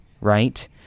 right